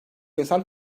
insan